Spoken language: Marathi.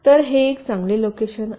तर हे एक चांगले लोकेशन आहे